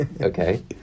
Okay